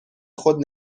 خود